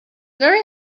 very